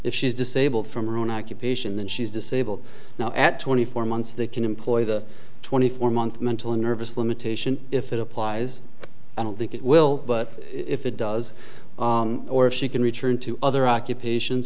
if she's disabled from her own occupation then she's disabled now at twenty four months they can employ the twenty four month mental and nervous limitation if it applies i don't think it will but if it does or if she can return to other occupations